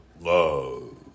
love